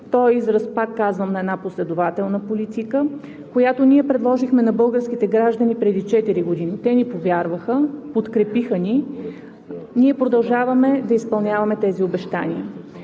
Той е израз, пак казвам, на една последователна политика, която ние предложихме на българите преди четири години. Те ни повярваха, подкрепиха ни. Ние продължаваме да изпълняваме тези обещания.